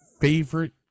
favorite